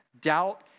doubt